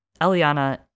Eliana